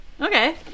Okay